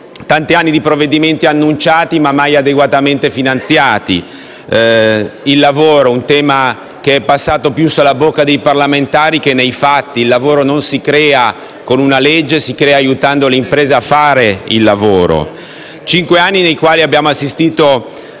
Tanti anni di provvedimenti annunciati, ma mai adeguatamente finanziati. Il lavoro è un tema che è passato più sulla bocca dei parlamentari che nei fatti; il lavoro non si crea con una legge, ma aiutando le imprese a fare lavoro. Sono stati cinque anni nei quali abbiamo assistito